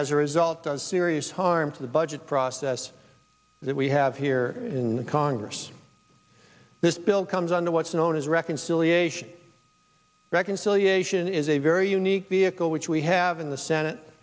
as a result of serious harm to the budget process that we have here in the congress this bill comes under what's known as reconciliation reconciliation is a very unique vehicle which we have in the senate